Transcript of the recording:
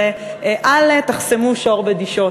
אל תחסמו שור בדישו.